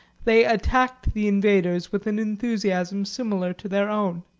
they attacked the invaders with an enthusiasm similar to their own.